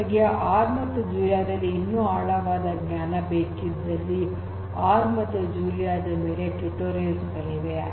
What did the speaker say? ನಿಮಗೆ ಆರ್ ಮತ್ತು ಜೂಲಿಯಾ ದಲ್ಲಿ ಇನ್ನೂ ಆಳವಾದ ಜ್ಞಾನ ಬೇಕಿದ್ದಲ್ಲಿ ಆರ್ ಮತ್ತು ಜೂಲಿಯಾ ದ ಮೇಲೆ ಟ್ಯುಟೋರಿಯಲ್ಸ್ ಗಳಿವೆ